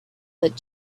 that